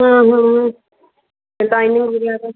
ਫੇਰ ਟਾਈਮ ਨਹੀਂ ਮਿਲਿਆ ਅਜੇ